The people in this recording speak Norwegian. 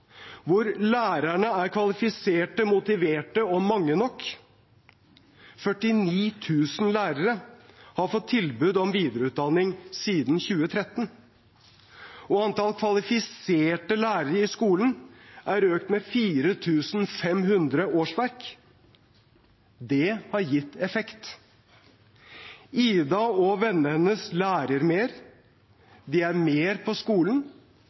hvor lærerne er kvalifisert, motivert – og mange nok. 49 000 lærere har fått tilbud om videreutdanning siden 2013, og antall kvalifiserte lærere i skolen er økt med 4 500 årsverk. Det har gitt effekt. Ida og vennene hennes lærer mer. De er mer på skolen,